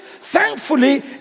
thankfully